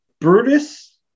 Brutus